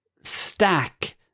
stack